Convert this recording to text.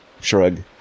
shrug